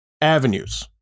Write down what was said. avenues